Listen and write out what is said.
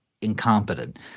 incompetent